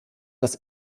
das